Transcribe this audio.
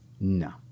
No